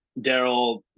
Daryl